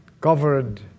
covered